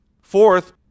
Fourth